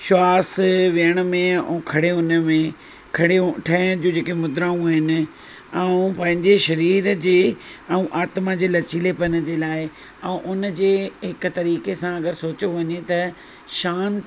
श्वास विहण में ऐं खड़े होने में खड़े ठहण जी जेके मुद्राऊं आहिनि ऐं पंहिंजे शरीर जे ऐं आत्मा जे लचीलेपन जे लाइ ऐं उन जे हिक तरीक़े सां अगरि सोचियो वञे त शांति